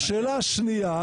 והשאלה השנייה,